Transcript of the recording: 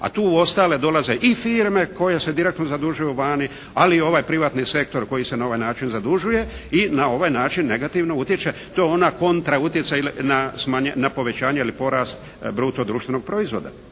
A tu u ostale dolaze i firme koje se direktno zadužuju vani ali i ovaj privatni sektor koji se na ovaj način zadužuje i na ovaj način negativno utječe. To je ona kontra utjecaj na povećanje ili porast bruto društvenog proizvoda.